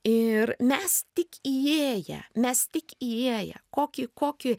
ir mes tik įėję mes tik įėję kokį kokį